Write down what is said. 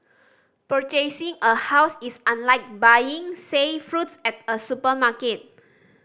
purchasing a house is unlike buying say fruits at a supermarket